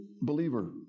believer